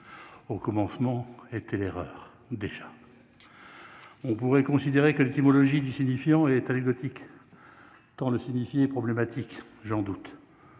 au commencement était l'erreur, déjà on pourrait considérer que l'étymologie du signifiant est anecdotique tant le signifier problématique j'en doute,